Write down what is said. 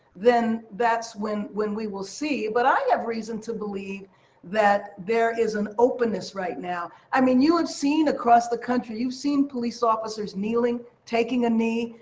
then that's when when we will see. but i have reason to believe that there is an openness right now. i mean, you have seen across the country, you have seen police officers kneeling, taking a knee.